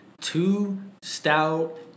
two-stout